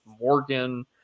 Morgan